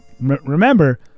remember